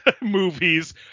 movies